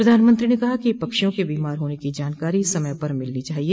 प्रधानमंत्री ने कहा कि पक्षियों के बीमार होने की जानकारी समय पर मिलनी चाहिए